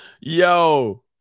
Yo